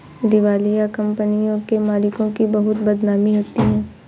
दिवालिया कंपनियों के मालिकों की बहुत बदनामी होती है